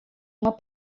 uma